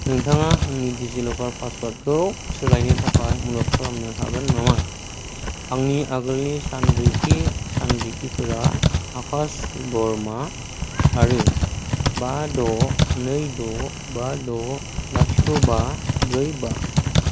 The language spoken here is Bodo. नोंथाङा आंनि डिजिलकार पासवर्डखौ सोलायनो थाखाय मदद खालामनो हागोन नामा आंनि आगोलनि सानरिखि सानरिखिफोरा आकाश बरमा आरो बा द' नै द' बा द' लाथिख' बा ब्रै बा